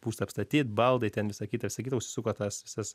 būstą apstatyt baldai ten visa kita visa kita užsisuko tas visas